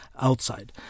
outside